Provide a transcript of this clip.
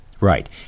Right